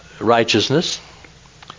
righteousness